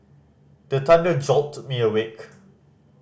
the thunder jolt me awake